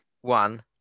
one